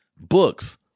books